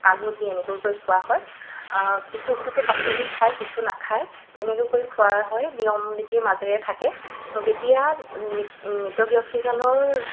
আলু দি এনেকৈ খোৱা হয় কিছু কিছু পাচলি খায় কিছু নাখায় তেনেকুৱাকৈ খোৱা হয় নিয়ম নীতিৰ মাজেৰে থাকে যেতিয়া মি মৃত ব্যক্তিজনৰ